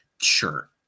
sure